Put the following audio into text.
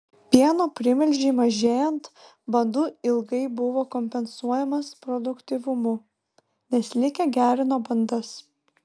pieno primilžiai mažėjant bandų ilgai buvo kompensuojamas produktyvumu nes likę gerino bandas